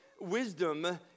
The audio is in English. Wisdom